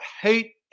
hate